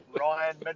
Ryan